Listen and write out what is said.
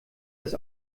das